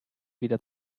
wieder